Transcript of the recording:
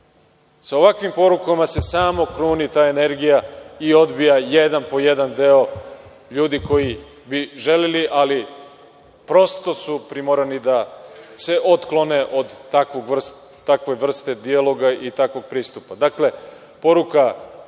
Sa ovakvim porukama se samo kruni ta energija i odbija jedan po jedan deo ljudi koji bi želeli, ali su prosto primorani da se otklone od takve vrste dijaloga i takvog pristupa. Dakle,